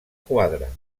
quadra